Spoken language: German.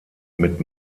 mit